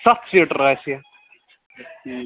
سَتھ سیٖٹر آسہِ یہِ